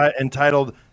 entitled